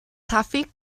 toffee